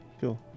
Cool